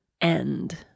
end